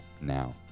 now